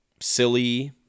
silly